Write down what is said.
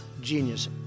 genius